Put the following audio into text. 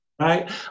Right